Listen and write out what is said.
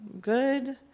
Good